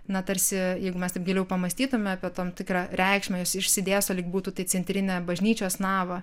na tarsi jeigu mes taip giliau pamąstytume apie tam tikrą reikšmę jos išsidėsto lyg būtų tai centrinę bažnyčios navą